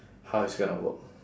how it's gonna work